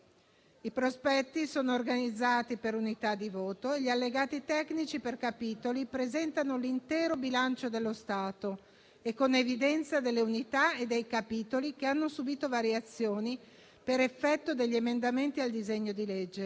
I prospetti sono organizzati per unità di voto e gli allegati tecnici per capitoli presentano l'intero bilancio dello Stato, con evidenza delle unità e dei capitoli che hanno subito variazioni, per effetto degli emendamenti al disegno di legge.